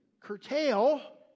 curtail